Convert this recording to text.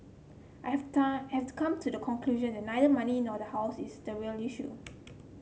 I have I have come to the conclusion that neither money nor the house is the real issue